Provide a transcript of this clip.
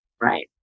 Right